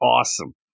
awesome